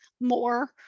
more